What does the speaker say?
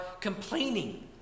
complaining